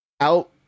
out